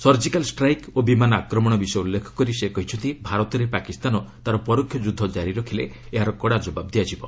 surgical strike ଓ ବିମାନ ଆକ୍ରମଣ ବିଷୟ ଉଲ୍ଲେଖ କରି ସେ କହିଛନ୍ତି ଭାରତରେ ପାକିସ୍ତାନ ତା'ର ପରୋକ୍ଷ ଯୁଦ୍ଧ ଜାରି ରଖିଲେ ଏହାର କଡ଼ା ଜବାବ ଦିଆଯିବ